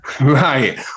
Right